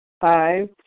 Five